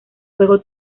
juego